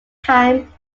time